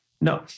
No